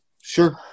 Sure